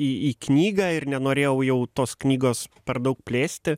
į knygą ir nenorėjau jau tos knygos per daug plėsti